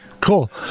cool